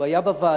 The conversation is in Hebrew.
הוא היה בוועדה.